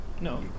No